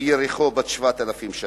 ויריחו בת 7,000 שנה.